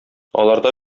аларда